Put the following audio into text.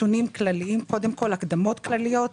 נתונים כלליים והקדמות כלליות.